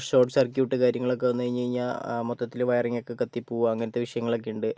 short circuit കാര്യങ്ങളൊക്കെ വന്നു കഴിഞ്ഞു കഴിഞ്ഞാൽ മൊത്തത്തിൽ വയറിങ്ങ് ഒക്കെ കത്തി പോവുക അങ്ങനത്തെ വിഷയങ്ങളൊക്കെ ഉണ്ട്